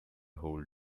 whole